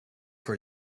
for